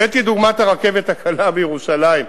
הבאתי לדוגמה את הרכבת הקלה בירושלים.